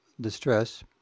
distress